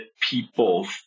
people